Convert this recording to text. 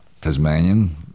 Tasmanian